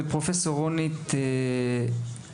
פרופ' רונית אנדוולט,